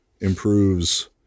improves